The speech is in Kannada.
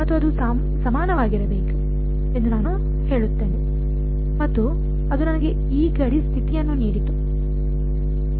ಮತ್ತು ಅದು ಸಮಾನವಾಗಿರಬೇಕು ಎಂದು ನಾನು ಹೇಳುತ್ತೇನೆ ಮತ್ತು ಅದು ನನಗೆ ಈ ಗಡಿ ಸ್ಥಿತಿಯನ್ನು ನೀಡಿತು